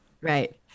Right